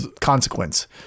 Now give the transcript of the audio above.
consequence